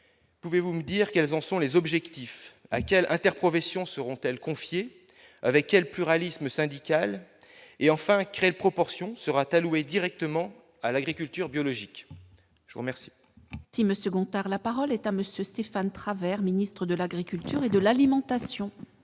pouvez-vous nous dire quels en sont les objectifs actuels interprofession seront-elles confiées avec quel pluralisme syndical et enfin créer proportion sera-t-elle ou directement à l'agriculture biologique, je remercie.